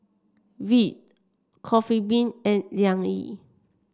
Veet Coffee Bean and Liang Yi